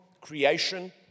creation